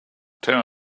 tell